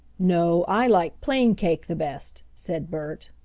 no, i like plain cake the best, said bert.